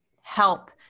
help